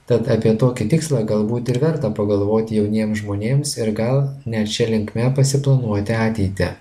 tad apie tokį tikslą galbūt ir verta pagalvoti jauniems žmonėms ir gal net šia linkme pasiplanuoti ateitį